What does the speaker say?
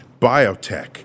biotech